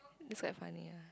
it's quite funny ah